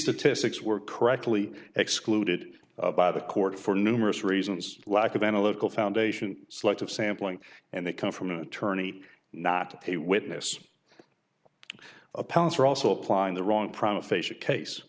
statistics were correctly excluded by the court for numerous reasons lack of analytical foundation selective sampling and they come from an attorney not a witness and opponents are also applying the wrong